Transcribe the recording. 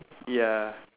ya